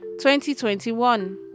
2021